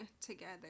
together